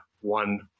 one